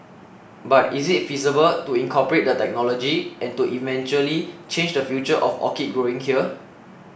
but is it feasible to incorporate the technology and to eventually change the future of orchid growing here